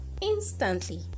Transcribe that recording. instantly